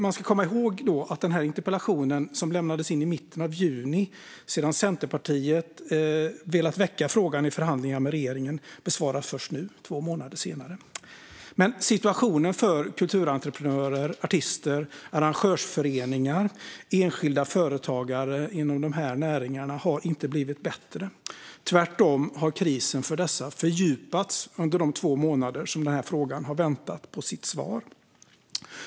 Man ska komma ihåg att denna interpellation, som lämnades in i mitten av juni sedan Centerpartiet velat väcka frågan i förhandlingar med regeringen, besvaras först nu två månader senare. Men situationen för kulturentreprenörer, artister, arrangörsföreningar och enskilda företagare inom dessa näringar har inte blivit bättre. Tvärtom har krisen för dem fördjupats under de två månader som denna interpellation har väntat på svar.